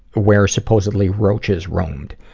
where supposedly roaches roamed.